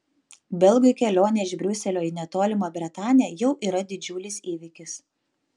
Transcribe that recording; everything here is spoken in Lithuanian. belgui kelionė iš briuselio į netolimą bretanę jau yra didžiulis įvykis